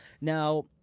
Now